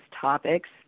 topics